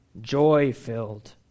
joy-filled